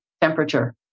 temperature